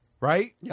right